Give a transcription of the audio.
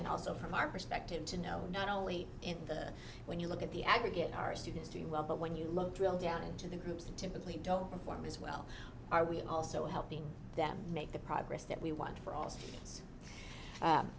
and also from our perspective to know not only in the when you look at the aggregate our students do well but when you look drill down into the groups that typically don't form as well are we also helping them make the progress that we want for